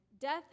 Death